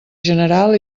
general